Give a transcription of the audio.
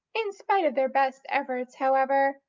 in spite of their best efforts, however,